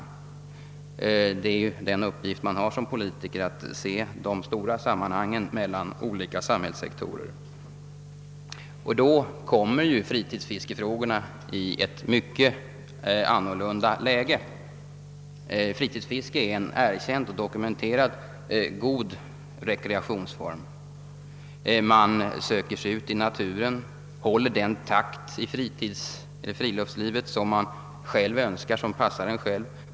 Som politiker har man ju bl.a. den uppgiften att försöka se de stora sammanhangen mellan olika samhällssektorer. Och gör man det, så kommer fritidsfiskefrågorna i ett helt annat läge. Fritidsfisket är en erkänd och dokumenterat god rekreationsform. Fritidsfiskaren söker sig ut i naturen, han håller den takt i friluftslivet som han själv önskar och som passar. honom.